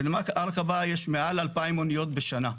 בנמל עקבה יש מעל 2,000 אוניות בשנה,